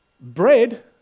Bread